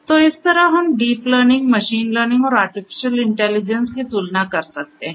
तो इस तरह हम डीप लर्निंग मशीन लर्निंग और आर्टिफिशियल इंटेलिजेंस की तुलना कर सकते हैं